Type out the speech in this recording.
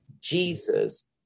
Jesus